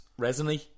Resonate